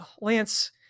lance